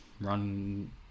run